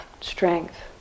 strength